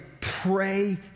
pray